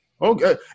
okay